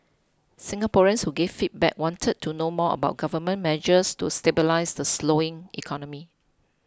Singaporeans who gave feedback wanted to know more about Government measures to stabilise the slowing economy